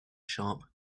sharp